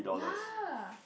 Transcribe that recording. yeah